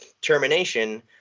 termination